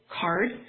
card